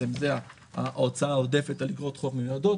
זה ההוצאה העודפת על איגרות חוב מיועדות.